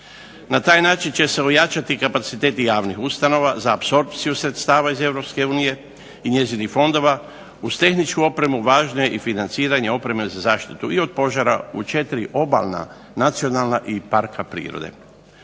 Na taj način će se ojačati kapaciteti javnih ustanova za apsorpciju sredstava iz Europske unije i njezinih fondova, uz tehničku opremu važno je i financiranje opreme za zaštitu i od požara u četiri obalna nacionalna i parka prirode.